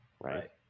right